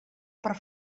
per